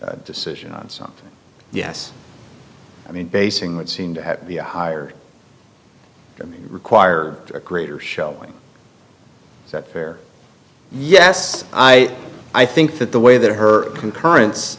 a decision on something yes i mean basing that seem to have a higher and require a greater showing is that fair yes i i think that the way that her concurrence